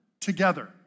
together